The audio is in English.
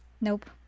nope